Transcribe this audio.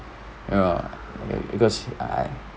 ya ya because I I